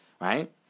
right